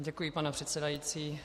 Děkuji, pane předsedající.